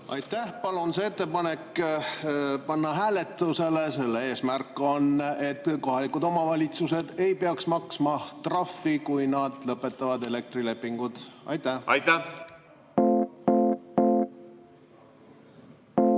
Aitäh! Palun see ettepanek panna hääletusele. Selle eesmärk on, et kohalikud omavalitsused ei peaks maksma trahvi, kui nad lõpetavad elektrilepingu. Aitäh!